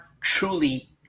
truly